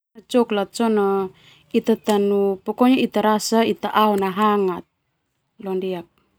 Coklat sona ita rasa ita ao na hangat.